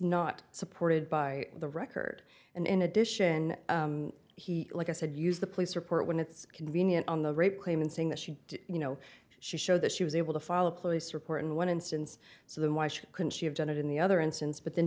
not supported by the record and in addition he like i said use the police report when it's convenient on the rape claim and saying that she did you know she showed that she was able to follow place report in one instance so then why should couldn't she have done it in the other instance but then